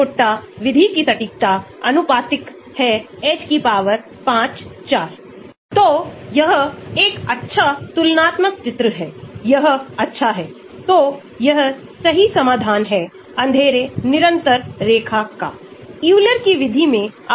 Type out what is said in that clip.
गतिविधि log p के रूप में थोड़ी बढ़ जाती है परवलयिक समीकरण का मतलब गतिविधि के लिए एक अनुकूलतमlog p मूल्य है